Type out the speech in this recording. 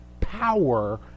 power